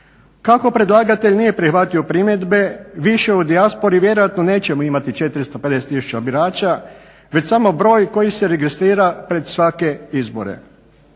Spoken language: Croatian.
Kako predlagatelj nije prihvatio primjedbe više u dijaspori vjerojatno nećemo imati 450 tisuća birača već samo broj koji se registrira pred svake izbore.